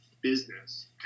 business